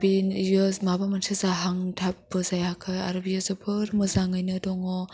बि इयो माबा मोनसे जाहांथाबबो जायाखै आरो बियो जोबोर मोजाङैनो दङ